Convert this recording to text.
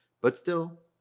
but still.